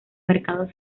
mercados